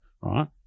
Right